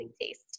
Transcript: taste